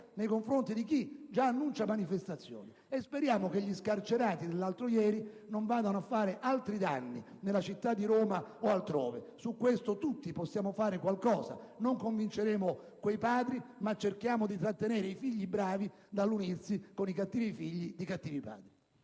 nei confronti di chi già annuncia manifestazioni. Speriamo che gli scarcerati dell'altro ieri non vadano a fare altri danni nella città di Roma o altrove. Su questo tutti possiamo fare qualcosa. Non convinceremo quei padri, ma cerchiamo di trattenere i figli bravi dall'unirsi con i cattivi figli di cattivi padri.